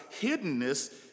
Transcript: hiddenness